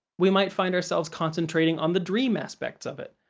we might find ourselves concentrating on the dream aspects of it,